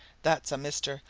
that's a mr.